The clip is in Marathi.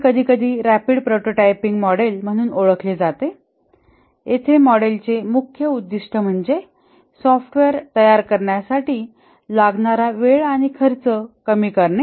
हे कधीकधी रॅपिड प्रोटोटाइपिंग मॉडेल म्हणून ओळखले जाते येथे मॉडेलचे मुख्य उद्दिष्ट म्हणजे सॉफ्टवेअर तयार करण्यासाठी लागणारा वेळ आणि खर्च कमी करणे